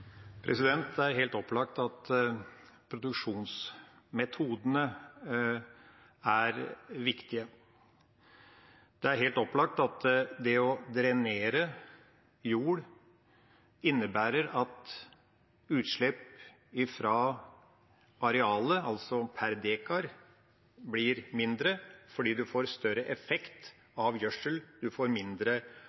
Det er helt opplagt at produksjonsmetodene er viktige. Det er helt opplagt at det å drenere jord innebærer at utslipp fra arealet, altså per dekar, blir mindre fordi en får større effekt av gjødsel. En får mindre